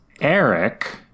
Eric